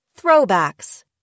throwbacks